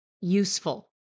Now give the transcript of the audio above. useful